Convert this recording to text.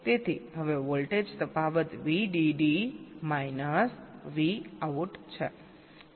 તેથી હવે વોલ્ટેજ તફાવત VDD માઇનસ Vout છે